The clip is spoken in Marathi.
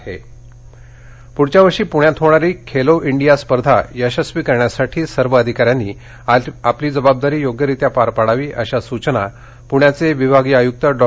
पणे खेलो इंडिया पुढच्या वर्षी पुण्यात होणारी खेलो इंडिया स्पर्धा यशस्वी करण्यासाठी सर्व अधिकाऱ्यांनी आपली जबाबदारी योग्यरित्या पार पाडावी अशा सुचना प्ण्याचे विभागीय आयुक्त डॉ